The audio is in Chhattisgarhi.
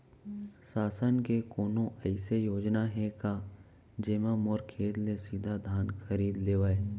शासन के कोनो अइसे योजना हे का, जेमा मोर खेत ले सीधा धान खरीद लेवय?